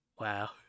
Wow